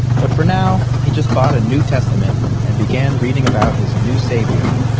but for now, he just bought a new testament and began reading about his new savior,